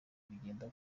bikagenda